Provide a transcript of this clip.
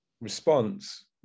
response